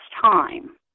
time